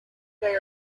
they